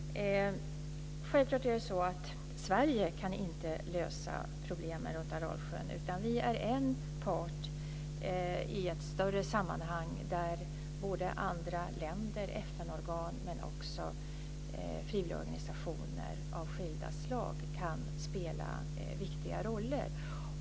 Fru talman! Självklart är det inte så att Sverige kan lösa problemen runt Aralsjön. Vi är en part i ett större sammanhang där både andra länder och FN organ, men också frivilligorganisationer av skilda slag, kan spela viktiga roller.